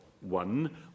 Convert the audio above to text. one